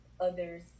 others